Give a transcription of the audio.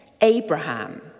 Abraham